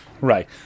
Right